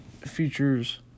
features